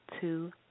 two